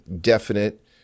definite